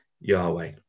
Yahweh